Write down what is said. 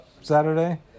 Saturday